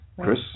Chris